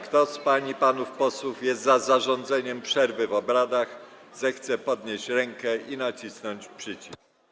Kto z pań i panów posłów jest za zarządzeniem przerwy w obradach, zechce podnieść rękę i nacisnąć przycisk.